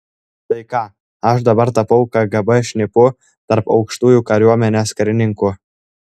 tai ką aš dabar tapau kgb šnipu tarp aukštųjų kariuomenės karininkų